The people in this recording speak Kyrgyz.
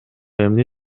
эмне